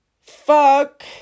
fuck